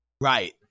Right